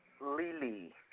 Lily